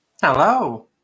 Hello